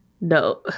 No